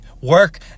Work